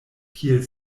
kiel